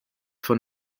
von